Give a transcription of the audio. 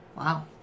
Wow